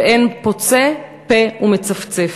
ואין פוצה פה ומצפצף.